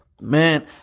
Man